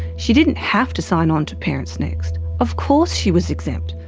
she didn't have to sign on to parentsnext, of course she was exempt.